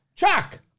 Chuck